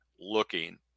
looking